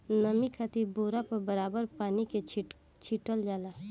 नमी खातिर बोरा पर बराबर पानी के छीटल जाला